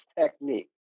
technique